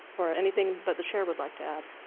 or anything but the chair would like to add?